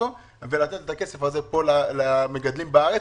הייבוא ולתת את הכסף הזה פה למגדלים בארץ,